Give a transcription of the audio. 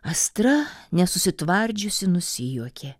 astra nesusitvardžiusi nusijuokė